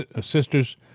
sisters